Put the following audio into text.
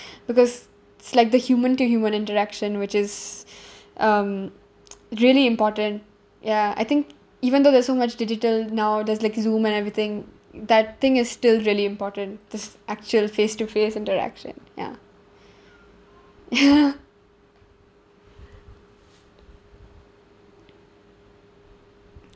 because it's like the human to human interaction which is um really important ya I think even though there's so much digital now there's like zoom and everything that thing is still really important the actual face to face interaction ya